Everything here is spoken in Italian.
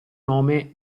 nome